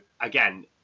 again